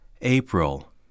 April